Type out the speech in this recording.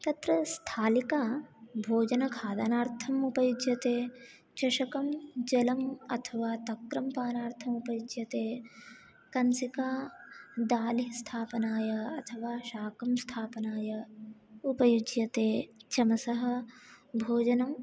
तत्र स्थालिका भोजनखादनार्थम् उपयुज्यते चषकं जलम् अथवा तक्रं पानार्थम् उपयुज्यते कञ्चिका दाल् स्थापनाय अथवा शाकं स्थापनाय उपयुज्यते चमसः भोजनं